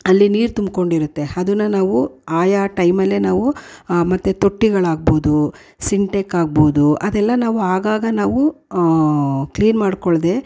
ಅಲ್ಲಿ ನೀರು ತುಂಬಿಕೊಂಡಿರುತ್ತೆ ಅದನ್ನು ನಾವು ಆಯಾ ಟೈಮಲ್ಲೇ ನಾವು ಮತ್ತು ತೊಟ್ಟಿಗಳಾಗ್ಬೋದು ಸಿಂಟೆಕ್ ಆಗ್ಬೋದು ಅದೆಲ್ಲಾ ನಾವು ಆಗಾಗ ನಾವು ಕ್ಲೀನ್ ಮಾಡಿಕೊಳ್ದೆ